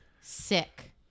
sick